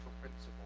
principle